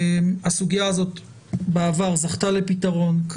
הסוגיה הזאת בעבר זכתה לפתרון.